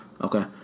okay